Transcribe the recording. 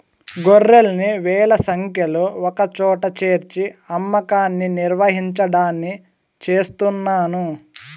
గొర్రెల్ని వేల సంఖ్యలో ఒకచోట చేర్చి అమ్మకాన్ని నిర్వహించడాన్ని చేస్తున్నారు